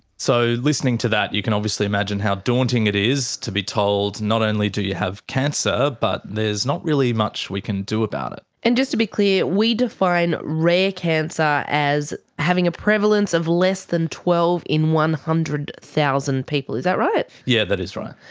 so, listening to that you can obviously imagine how daunting it is to be told not only do you have cancer but there's not really much we can do about it. and just to be clear, we define rare cancer as having a prevalence of less than twelve in one hundred thousand people, is that right? yes, yeah that is right.